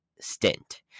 stint